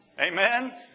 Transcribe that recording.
Amen